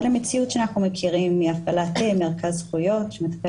אחד למציאות שאנחנו מכירים מהפעלת מרכז זכויות שמטפל